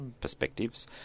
perspectives